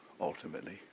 Ultimately